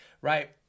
right